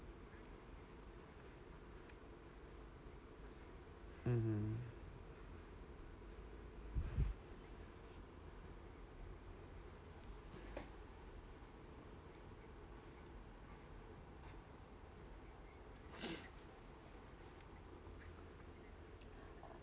mmhmm